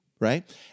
right